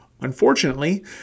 Unfortunately